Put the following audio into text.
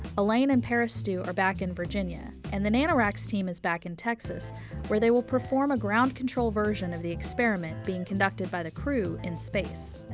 elaine and parastoo are back in virginia, and the nanoracks team is back in texas where they will perform a ground-control version of the experiment being conducted by the crew in space.